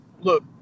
look